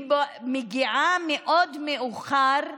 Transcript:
היא מגיעה מאוד מאוחר,